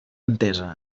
entesa